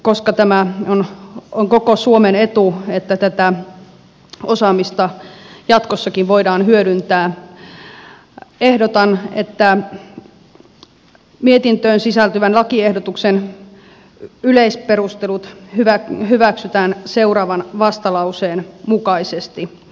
koska tämä on koko suomen etu että tätä osaamista jatkossakin voidaan hyödyntää ehdotan että mietintöön sisältyvän lakiehdotuksen yleisperustelut hyväksytään seuraavan vastalauseen mukaisesti